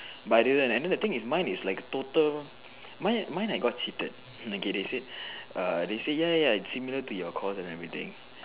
but I didn't and then the thing is mine is like total mine mine I got cheated okay they say err they say ya ya ya similar to your course and everything